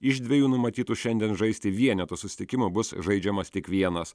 iš dviejų numatytų šiandien žaisti vienetų susitikimų bus žaidžiamas tik vienas